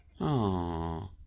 Aww